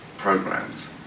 Programs